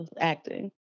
acting